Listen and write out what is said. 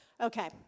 Okay